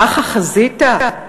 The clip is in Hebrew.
ככה חזית?